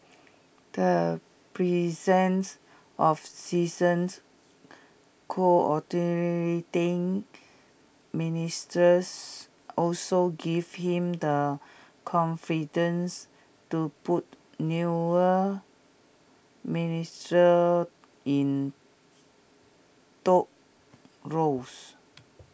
the presence of seasoned Coordinating Ministers also gives him the confidence to put newer ministers in tough roles